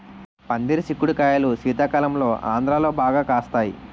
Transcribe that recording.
పందిరి సిక్కుడు కాయలు శీతాకాలంలో ఆంధ్రాలో బాగా కాస్తాయి